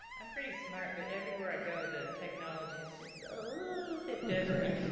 i'm pretty smart but everywhere i go the technology is just a little bit different.